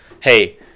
hey